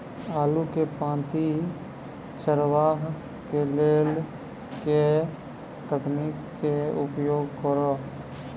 आलु केँ पांति चरावह केँ लेल केँ तकनीक केँ उपयोग करऽ?